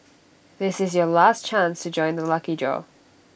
this is your last chance to join the lucky draw